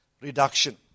reduction